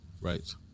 Right